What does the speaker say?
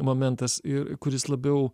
momentas ir kuris labiau